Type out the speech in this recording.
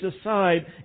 aside